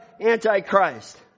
Antichrist